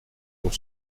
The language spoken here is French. pour